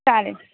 चालेल